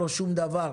לא שום דבר.